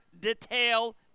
detail